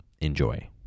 enjoy